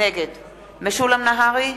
נגד משולם נהרי,